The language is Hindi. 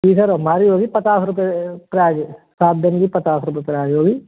जी सर हमारी होगी पचास रूपए किराए सात दिन के पचास रूपए किराए होगी